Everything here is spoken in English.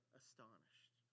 astonished